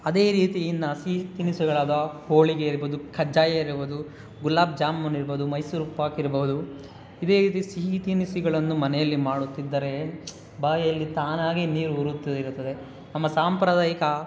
ಅದೇ ರೀತಿ ಇನ್ನು ಸಿಹಿ ತಿನಿಸುಗಳಾದ ಹೋಳಿಗೆ ಇರ್ಬೋದು ಕಜ್ಜಾಯ ಇರ್ಬೋದು ಗುಲಾಬ್ ಜಾಮೂನು ಇರ್ಬೋದು ಮೈಸೂರು ಪಾಕ್ ಇರ್ಬೋದು ಇದೇ ರೀತಿ ಸಿಹಿ ತಿನಿಸುಗಳನ್ನು ಮನೆಯಲ್ಲಿ ಮಾಡುತ್ತಿದ್ದರೇ ಬಾಯಲ್ಲಿ ತಾನಾಗೇ ನೀರು ಉರುತ್ತದೆ ಇರುತ್ತದೆ ನಮ್ಮ ಸಾಂಪ್ರದಾಯಿಕ